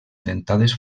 dentades